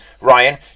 Ryan